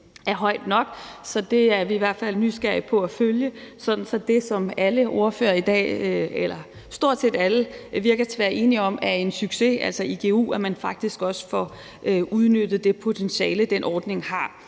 er højt nok. Så det er vi i hvert fald nysgerrige på at følge, sådan at man i forhold til det, som stort set alle ordførere i dag virker til at være enige om er en succes, altså igu, faktisk også får udnyttet det potentiale, som den ordning har.